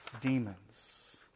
demons